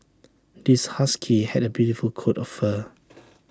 this husky had A beautiful coat of fur